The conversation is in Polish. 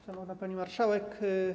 Szanowna Pani Marszałek!